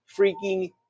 freaking